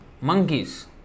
monkeys